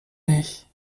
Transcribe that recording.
nicht